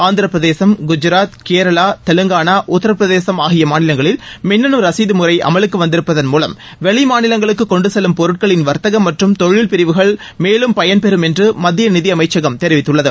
ஆந்திரபிரதேசம் குஜராத் கேரளா தெலுங்கானா உத்தரபிரதேசம் ஆகிய மாநிலங்களில் மின்னனு ரசிது முறை அமலுக்கு வந்திருப்பதன் மூலம் வெளி மாநிலங்களுக்கு கொண்டு செல்லும் பொருட்களின் வாத்தகம் மற்றும் தொழில் பிரிவுகள் மேலும் பயன்பெறும் என்று மத்திய நிதியமைச்சகம் தெரிவித்துள்ளது